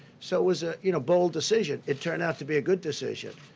so it was a you know bold decision. it turned out to be a good decision.